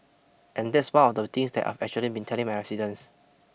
and that's one of the things that I've actually been telling my residents